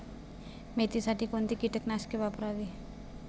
मेथीसाठी कोणती कीटकनाशके वापरावी?